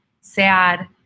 sad